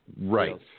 Right